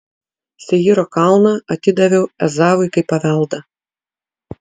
seyro kalną atidaviau ezavui kaip paveldą